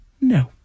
no